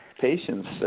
patients